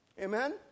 Amen